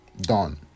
done